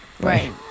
Right